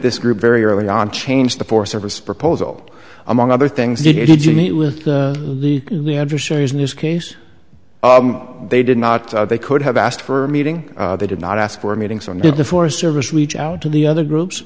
this group very early on change the forest service proposal among other things did you meet with the adversaries in this case they did not they could have asked for a meeting they did not ask for a meeting so did the forest service reach out to the other groups